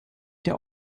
der